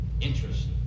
Interest